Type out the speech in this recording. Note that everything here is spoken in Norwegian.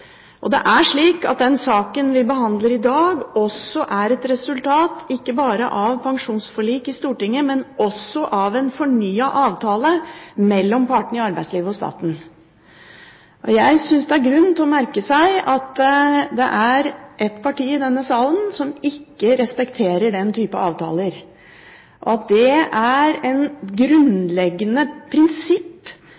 Det er slik at den saken vi behandler i dag, også er et resultat ikke bare av pensjonsforlik i Stortinget, men også av en fornyet avtale mellom partene i arbeidslivet og staten. Jeg synes det er grunn til å merke seg at det er ett parti i denne salen som ikke respekterer den type avtaler. Det er et grunnleggende prinsipp for SV at